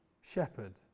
shepherd